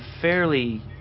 fairly